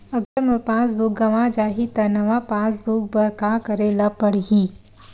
अगर मोर passbook गवां जाहि त नवा पास बुक बर का करे ल पड़हि?